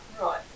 Right